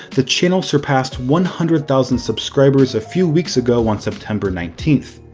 the channel surpassed one hundred thousand subscribers a few weeks ago on september nineteenth.